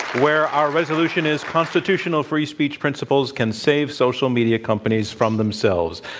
where our resolution is constitutional free speech principles can save social media companies from themselves.